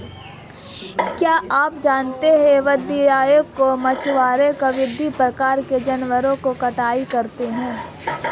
क्या आप जानते है वाणिज्यिक मछुआरे विभिन्न प्रकार के जानवरों की कटाई करते हैं?